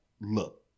look